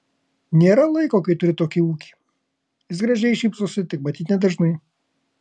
nėra laiko kai turi tokį ūkį jis gražiai šypsosi tik matyt nedažnai